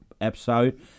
episode